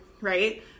right